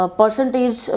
percentage